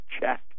check